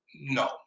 no